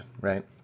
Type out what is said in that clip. right